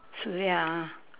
சரியா:sariyaa